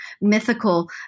mythical